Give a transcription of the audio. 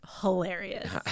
hilarious